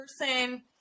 person